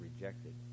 rejected